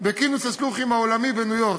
בכינוס השליחים העולמי בניו-יורק.